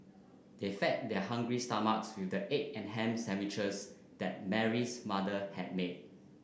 they fed their hungry stomachs with the egg and ham sandwiches that Mary's mother had made